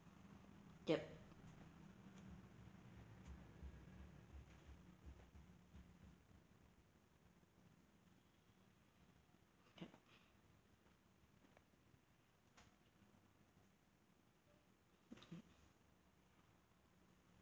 yup